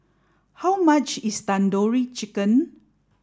how much is Tandoori Chicken